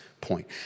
point